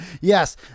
Yes